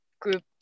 group